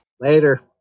Later